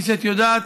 כפי שאת יודעת,